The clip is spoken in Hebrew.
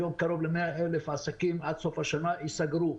היום קרוב ל-100,000 עסקים עד סוף השנה יסגרו.